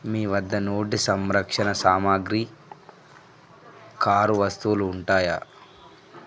మీ వద్ద నోటి సంరక్షణ సామాగ్రి కారు వస్తువులు ఉంటాయా